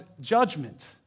judgment